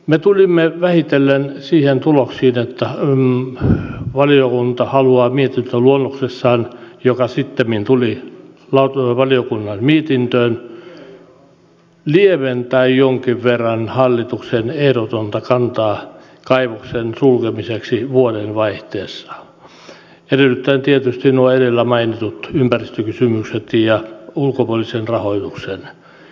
me tulimme vähitellen siihen tulokseen että valiokunta haluaa mietintöluonnoksessaan joka sittemmin tuli valiokunnan mietintöön lieventää jonkin verran hallituksen ehdotonta kantaa kaivoksen sulkemisesta vuodenvaihteessa edellyttäen tietysti nuo edellä mainitut ympäristökysymykset ja ulkopuolisen rahoituksen